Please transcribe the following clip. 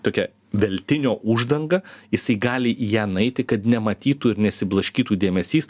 tokia veltinio uždanga jisai gali į ją nueiti kad nematytų ir nesiblaškytų dėmesys